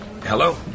Hello